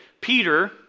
Peter